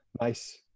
Nice